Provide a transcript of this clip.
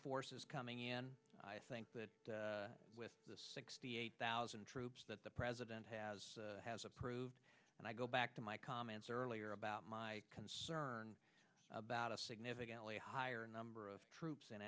forces coming in i think that with the sixty eight thousand troops that the president has has approved and i go back to my comments earlier about my concern about a significantly higher number of troops in